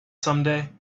someday